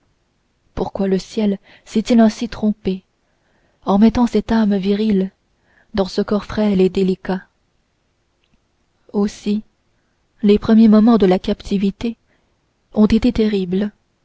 pourquoi donc le ciel s'est-il ainsi trompé en mettant cette âme virile dans ce corps frêle et délicat aussi les premiers moments de la captivité ont été terribles